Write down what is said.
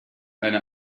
eine